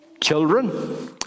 Children